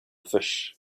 fish